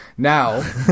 Now